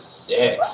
six